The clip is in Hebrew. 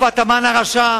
תקופת המן הרשע,